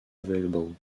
available